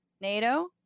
Nato